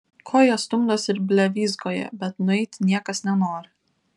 ko jie stumdosi ir blevyzgoja bet nueiti niekas nenori